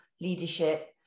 leadership